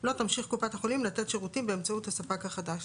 לא תמשיך קופת החולים לתת שירותים באמצעות הספק החדש.